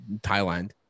Thailand